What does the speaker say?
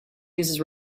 uses